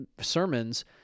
sermons